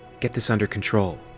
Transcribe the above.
get this under control!